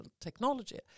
technology